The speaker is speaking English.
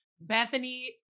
Bethany